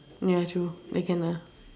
ya true they can ah